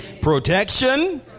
protection